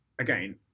again